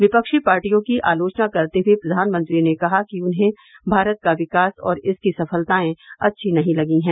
विपक्षी पार्टियों की आलोचना करते हुए प्रधानमंत्री ने कहा कि उन्हें भारत का विकास और इसकी सफलताएं अच्छी नहीं लगी हैं